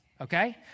okay